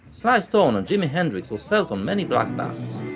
sly stone and jimi hendrix was felt on many black bands,